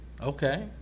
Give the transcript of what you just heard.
okay